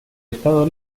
estado